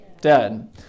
dead